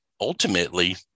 ultimately